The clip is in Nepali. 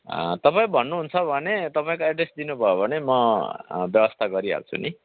तपाईँ भन्नुहुन्छ भने तपाईँको एड्रेस दिनुभयो भने म व्यवस्था गरिहाल्छु नि